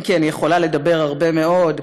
אם כי אני יכולה לדבר הרבה מאוד,